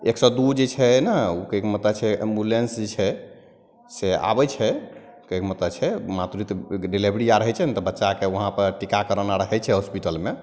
एक सओ दुइ जे छै ने ओ कहैके मतलब छै एम्बुलेन्स जे छै से आबै छै कहैके मतलब छै मातृत्व डिलिवरी आओर होइ छै ने तऽ बच्चाकेँ वहाँपर टीकाकरण आओर होइ छै हॉसपिटलमे